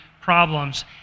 problems